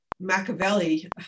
Machiavelli